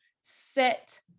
set